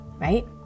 right